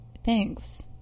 Thanks